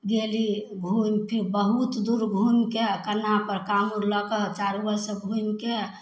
गेली घुमिफिर बहुत दूर घुमिके कन्हापर कामरु लऽ कऽ चारू बगलसँ घुमिके